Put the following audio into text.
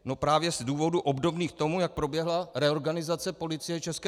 No právě z důvodů obdobných tomu, jak proběhla reorganizace Policie ČR.